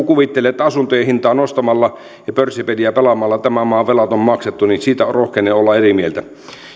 kuvittelee että asuntojen hintaa nostamalla ja pörssipeliä pelaamalla tämän maan velat on maksettu niin siitä rohkenen olla eri mieltä